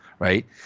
Right